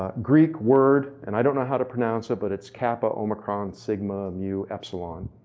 ah greek word and i don't know how to pronounce it, but it's kappa, omicron, sigma, mu, epsilon,